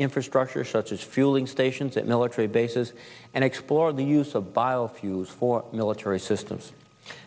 infrastructure such as fueling stations at military bases and explore the use of biofuels for military systems